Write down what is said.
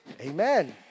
amen